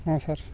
ହଁ ସାର୍